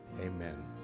Amen